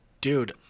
dude